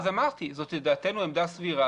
אז אמרתי, זו לדעתנו עמדה סבירה.